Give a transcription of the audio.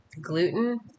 Gluten